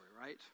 right